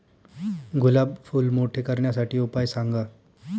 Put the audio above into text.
गुलाब फूल मोठे करण्यासाठी उपाय सांगा?